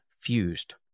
fused